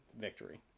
victory